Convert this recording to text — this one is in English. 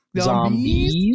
Zombies